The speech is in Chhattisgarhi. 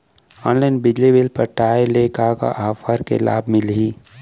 ऑनलाइन बिजली बिल पटाय ले का का ऑफ़र के लाभ मिलही?